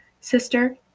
sister